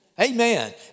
amen